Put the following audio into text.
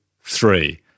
three